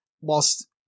whilst